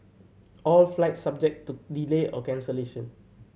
all flights subject to delay or cancellation